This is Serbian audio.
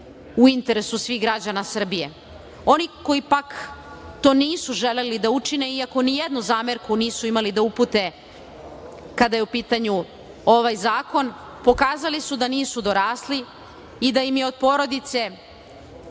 u interesu svih građana Srbije. Oni koji pak to nisu želeli da učine, iako ni jednu zamerku nisu imali da upute kada je u pitanju ovaj zakon, pokazali su da nisu dorasli i da im je od porodice